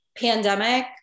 Pandemic